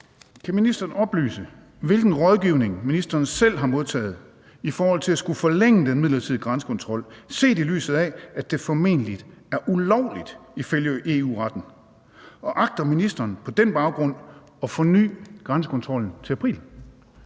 Kan ministeren oplyse, hvilken rådgivning ministeren selv har modtaget i forhold til at skulle forlænge den midlertidige grænsekontrol, set i lyset af at det formentlig er ulovligt, ifølge EU-retten? Og agter ministeren på den baggrund at forny grænsekontrollen til april?